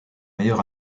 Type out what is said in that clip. meilleur